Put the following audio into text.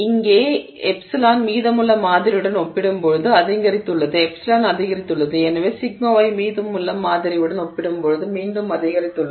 இங்கே ε மீதமுள்ள மாதிரியுடன் ஒப்பிடும்போது அதிகரித்துள்ளது ε அதிகரித்துள்ளது எனவே σy மீதமுள்ள மாதிரியுடன் ஒப்பிடும்போது மீண்டும் அதிகரித்துள்ளது